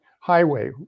highway